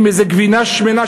איזה גבינה שמנה,